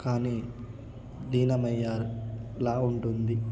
కానీ లీలమయ్యేలాగా ఉంటుంది